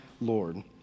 Lord